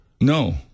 No